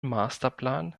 masterplan